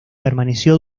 permaneció